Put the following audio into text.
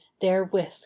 Therewith